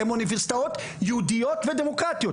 הן אוניברסיטאות יהודיות ודמוקרטיות.